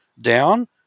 down